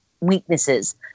weaknesses